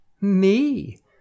Me